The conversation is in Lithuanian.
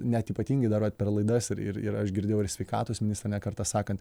net ypatingai dar vat per laidas ir ir aš girdėjau ir sveikatos ministrą ne kartą sakant